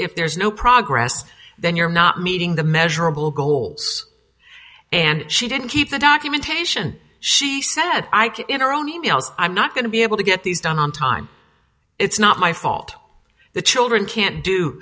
if there's no progress then you're not meeting the measurable goals and she didn't keep the documentation she said i could in her own e mails i'm not going to be able to get these done on time it's not my fault the children can't do